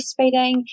breastfeeding